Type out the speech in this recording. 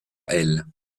elle